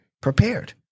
prepared